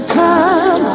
time